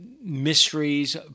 mysteries